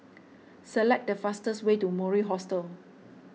select the fastest way to Mori Hostel